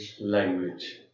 Language